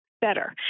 better